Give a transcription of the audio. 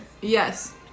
Yes